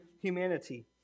humanity